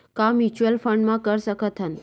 का mutual fund म कर सकत हन?